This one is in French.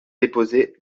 déposé